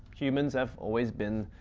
humans have always been.